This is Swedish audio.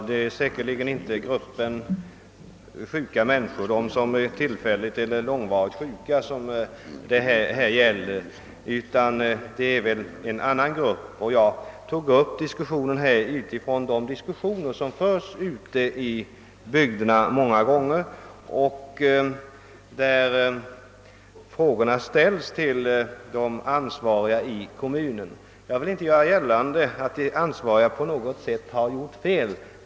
Herr talman! Här gäller det säkert inte sådana människor som är tillfälligt eller långvarigt sjuka utan en helt annan grupp. Jag tog upp denna debatt med utgångspunkt från de diskussioner som många gånger förs ute i bygderna och som föranleder att frågor om dessa ting ställes till de ansvariga i kommunen. Jag gör inte gällande att de ansvariga har begått fel.